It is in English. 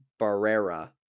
Barrera